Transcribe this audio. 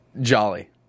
Jolly